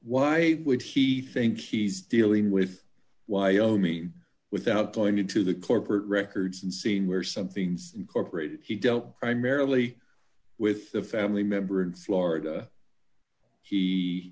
why would he think he's dealing with wyoming without going to the corporate records and seeing where something's incorporated he don't primarily with the family member in florida he